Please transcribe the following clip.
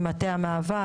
עם מטה המאבק,